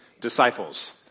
disciples